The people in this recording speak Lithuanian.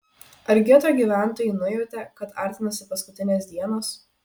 ar geto gyventojai nujautė kad artinasi paskutinės dienos